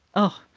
oh